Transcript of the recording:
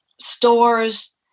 stores